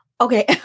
okay